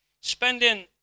Spending